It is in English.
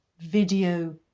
video